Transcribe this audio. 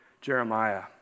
Jeremiah